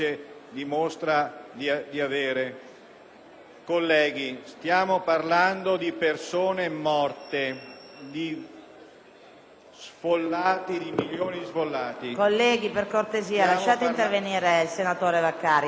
Colleghi, stiamo parlando di persone morte e di milioni di sfollati.